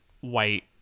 white